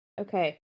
Okay